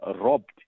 robbed